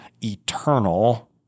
eternal